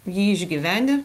jį išgyvenę